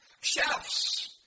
Chefs